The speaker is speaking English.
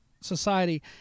society